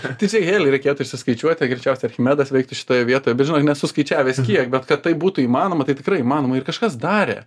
tai čia helį reikėtų išsiskaičiuoti greičiausia archimedas veiktų šitoje vietoje bet žinok nesu skaičiavęs kiek bet kad tai būtų įmanoma tai tikrai įmanoma ir kažkas darė